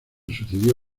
sucedió